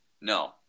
No